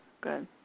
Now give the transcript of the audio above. Good